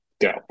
go